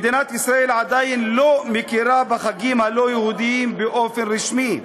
מדינת ישראל עדיין לא מכירה בחגים הלא-יהודיים באופן רשמי,